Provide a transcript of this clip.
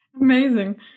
Amazing